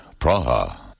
Praha